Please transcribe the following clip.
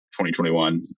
2021